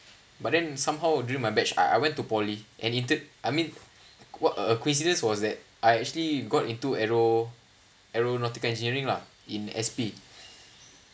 but then somehow during my batch I I went to poly and it turn I mean what a coincidence was that I actually got into aero~ aeronautical engineering lah in S_P